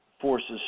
forces